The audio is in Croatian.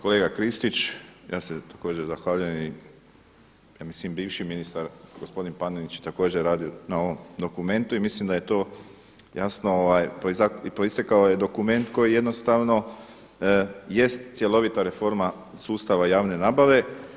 Kolega Kristić, ja se također zahvaljujem i ja mislim bivši ministar gospodin Panenić je također radio na ovom dokumentu i mislim da je to jasno proistekao je dokument koji jednostavno jest cjelovita reforma sustava javne nabave.